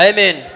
Amen